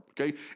okay